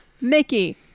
Mickey